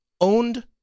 owned